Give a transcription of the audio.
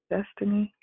Destiny